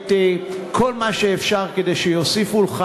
את כל מה שאפשר כדי שיוסיפו לך.